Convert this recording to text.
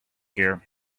here